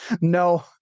no